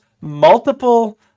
multiple